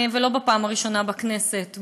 ולא בפעם הראשונה בכנסת,